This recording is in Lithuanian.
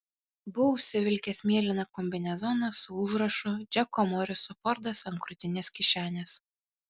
buvo užsivilkęs mėlyną kombinezoną su užrašu džeko moriso fordas ant krūtinės kišenės